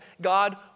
God